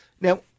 Now